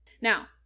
Now